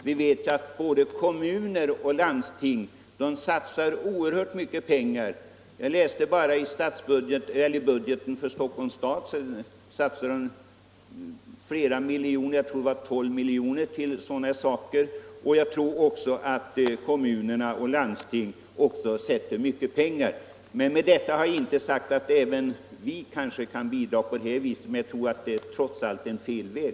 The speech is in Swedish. Vi vet att både kommuner och landsting satsar oerhört mycket pengar. I budgeten för Stockholms stad har man tagit upp 12 miljoner kronor till sådana här saker. Med detta har jag inte sagt att inte vi kan bidra på detta sätt, men jag tror att det trots allt är fel väg.